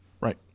Right